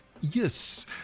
Yes